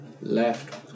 left